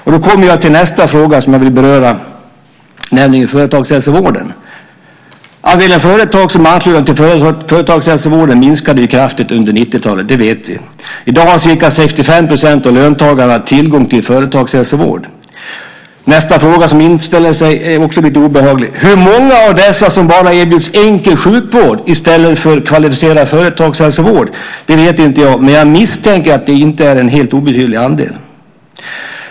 Och då kommer jag till nästa fråga som jag vill beröra, nämligen företagshälsovården. Andelen företag som är anslutna till företagshälsovården minskade kraftigt under 90-talet. Det vet vi. I dag har ca 65 % av löntagarna tillgång till företagshälsovård. Nästa fråga som inställer sig är också mycket obehaglig. Hur många av dessa erbjuds bara enkel sjukvård i stället för kvalificerad företagshälsovård? Det vet inte jag, men jag misstänker att det inte är en helt obetydlig andel.